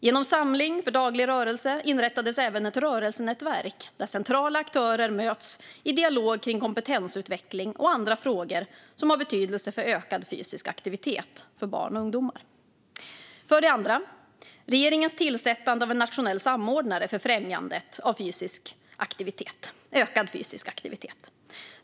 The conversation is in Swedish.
Genom Samling för daglig rörelse inrättades även ett rörelsenätverk där centrala aktörer möts i dialog kring kompetensutveckling och andra frågor som har betydelse för ökad fysisk aktivitet för barn och ungdomar. För det andra, regeringens tillsättande av en nationell samordnare för främjandet av ökad fysisk aktivitet.